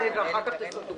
אחר כך תסדרו את זה.